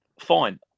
fine